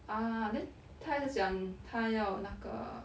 ah then 她在讲她要那个